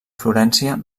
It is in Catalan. florència